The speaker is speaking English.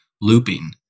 looping